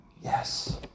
Yes